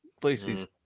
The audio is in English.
places